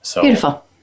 Beautiful